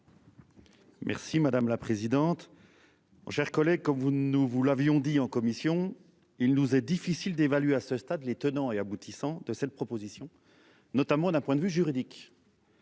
Merci madame la présidente. Chers collègues comme vous, nous vous l'avions dit en commission. Il nous est difficile d'évaluer à ce stade les tenants et aboutissants de cette proposition notamment d'un point de vue juridique.